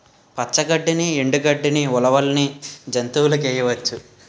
పచ్చ గడ్డిని ఎండు గడ్డని ఉలవల్ని జంతువులకేయొచ్చు